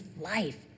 life